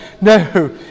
No